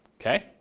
Okay